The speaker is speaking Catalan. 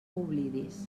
oblidis